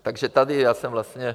Takže tady já jsem vlastně...